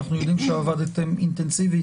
אנחנו יודעים שעבדתם אינטנסיבי.